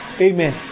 Amen